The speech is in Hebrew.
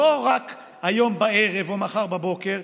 לא רק היום בערב או מחר בבוקר,